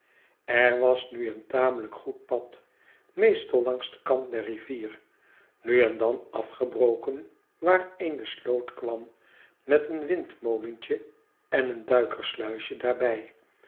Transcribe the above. er was nu een tamelijk goed pad meestal langs den kant der rivier nu en dan afgebroken waar eene sloot kwam met een windmolentje en een duikersluisje daarbij